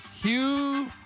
Hugh